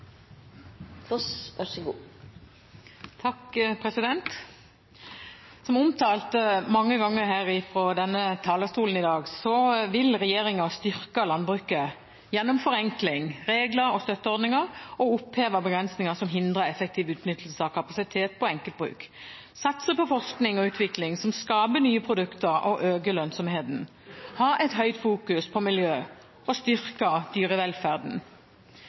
Som omtalt mange ganger fra denne talerstolen i dag, vil regjeringen styrke landbruket gjennom forenkling, regler og støtteordninger, gjennom å oppheve begrensninger som hindrer effektiv utnyttelse av kapasitet på enkeltbruk, gjennom å satse på forskning og utvikling som skaper nye produkter og øker lønnsomheten, og gjennom å ha et høyt fokus på miljø og å styrke dyrevelferden.